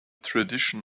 tradition